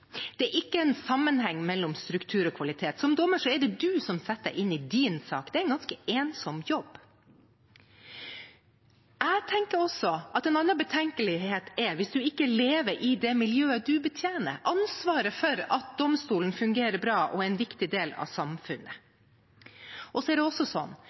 Det er ikke en sammenheng mellom struktur og kvalitet. Som dommer er det du som setter deg inn i din sak – det er en ganske ensom jobb. Jeg tenker også at en annen betenkelighet er hvis man ikke lever i det miljøet man betjener. Det handler om ansvaret for at domstolen fungerer bra og er en viktig del av samfunnet. Det er også sånn